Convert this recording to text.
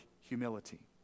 humility